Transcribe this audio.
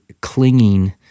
clinging